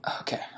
okay